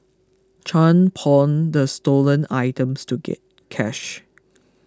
Chan pawned the stolen items to get cash